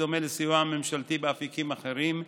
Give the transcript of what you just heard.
בדומה לסיוע ממשלתי באפיקים אחרים,